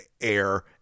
AIR